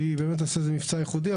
שהיא באמת לעשות איזה מבצע ייחודי,